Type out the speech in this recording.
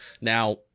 Now